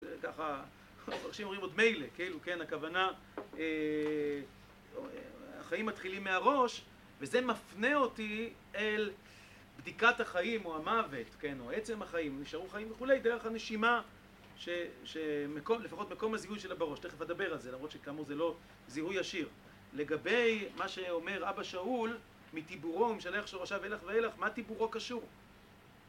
ככה, המפרשים אומרים עוד מילא, כאילו, כן? הכוונה... החיים מתחילים מהראש, וזה מפנה אותי אל בדיקת החיים, או המוות, כן, או עצם החיים, נשארו חיים וכולי, דרך הנשימה, שמקום, לפחות מקום הזיהוי שלה בראש, תכף אדבר על זה, למרות שכאמור זה לא זיהוי ישיר. לגבי מה שאומר אבא שאול, מטיבורו, משנה איך שהוא עכשיו אילך ואילך, מה טיבורו קשור?